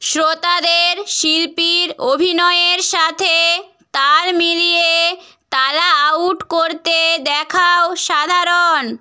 শ্রোতাদের শিল্পীর অভিনয়ের সাথে তাল মিলিয়ে তালা আউট করতে দেখাও সাধারণ